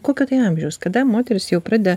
kokio tai amžiaus kada moterys jau pradeda